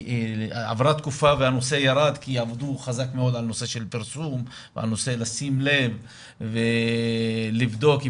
עברה תקופה והנושא ירד כי עבדו חזק על נושא של פרסום לשים לב ולבדוק האם